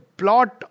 plot